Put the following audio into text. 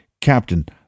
Captain